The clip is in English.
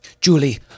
Julie